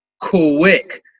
quick